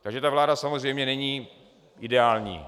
Takže ta vláda samozřejmě není ideální.